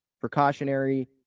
precautionary